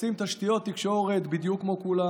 שרוצים תשתיות תקשורת בדיוק כמו כולם,